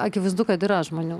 akivaizdu kad yra žmonių